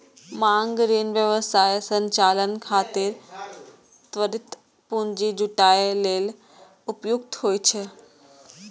मांग ऋण व्यवसाय संचालन खातिर त्वरित पूंजी जुटाबै लेल उपयुक्त होइ छै